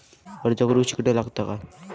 अर्ज करूक शिक्षण लागता काय?